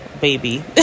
baby